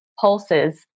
pulses